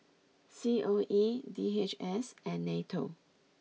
C O E D H S and Nato